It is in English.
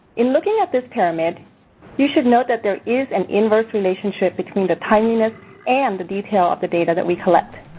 in looking at this pyramid you should note that there is an inverse relationship between the timeliness and the detail of the data that we collect.